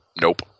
Nope